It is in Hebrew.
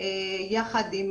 יחד עם